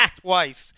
twice